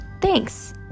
Thanks